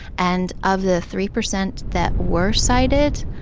and of the three percent that were cited,